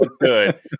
good